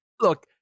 Look